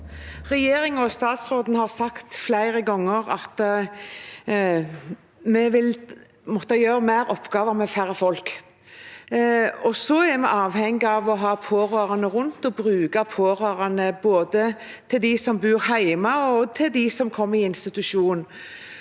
Regjerin- gen og statsråden har sagt flere ganger at vi vil måtte gjøre flere oppgaver med færre folk. Vi er avhengige av å ha pårørende rundt og bruke de pårørende, både til dem som bor hjemme, og til dem som kommer på institusjon.